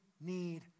need